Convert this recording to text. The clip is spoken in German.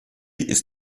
ist